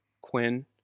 Quinn